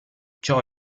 ciò